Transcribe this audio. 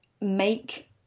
make